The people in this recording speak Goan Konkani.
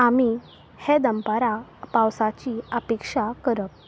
आमी हे दनपारां पावसाची अपेक्षा करप